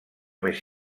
més